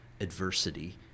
adversity